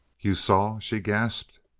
you saw? she gasped.